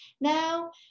Now